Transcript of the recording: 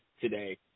Today